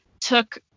took